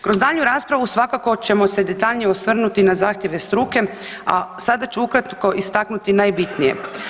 Kroz daljnju raspravu svakako ćemo se detaljnije osvrnuti na zahtjeve struke, a sada ću ukratko istaknuti najbitnije.